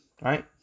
Right